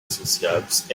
associados